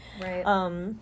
Right